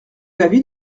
l’avis